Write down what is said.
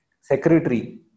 secretary